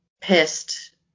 pissed